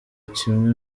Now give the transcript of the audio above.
kimwe